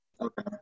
Okay